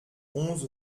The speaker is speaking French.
onze